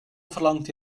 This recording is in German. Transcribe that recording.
verlangte